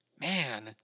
man